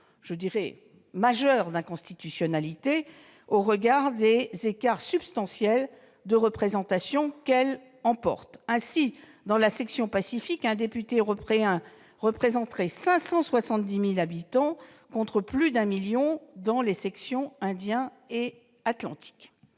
des risques majeurs d'inconstitutionnalité au regard des écarts substantiels de représentation qu'elle emporte. Ainsi, dans la section Pacifique, un député européen représenterait 570 000 habitants, contre plus d'un million dans les sections Indien et Atlantique.